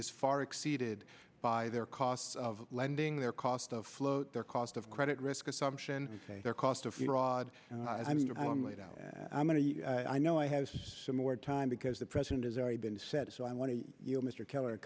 is far exceeded by their cost of lending their cost of float their cost of credit risk assumption their cost of fraud i mean i'm going to i know i have some more time because the president has already been said so i want to you mr keller a